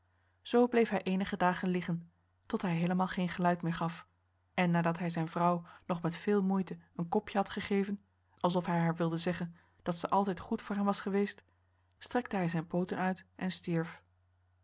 zoo bleef hij eenige dagen liggen tot hij heelemaal geen geluid meer gaf en nadat hij zijn vrouw nog met veel moeite een kopje had gegeven alsof hij haar wilde zeggen dat zij altijd goed voor hem was geweest strekte hij zijn pooten uit en stierf